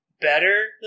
better